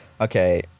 Okay